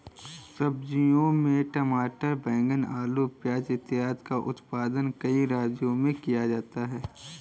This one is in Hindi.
सब्जियों में टमाटर, बैंगन, आलू, प्याज इत्यादि का उत्पादन कई राज्यों में किया जाता है